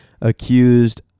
accused